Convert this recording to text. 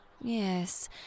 Yes